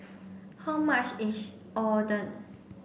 how much is Oden